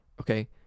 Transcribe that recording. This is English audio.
okay